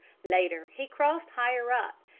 later he crossed higher up,